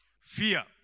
fear